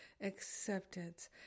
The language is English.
acceptance